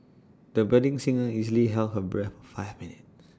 the budding singer easily held her breath five minutes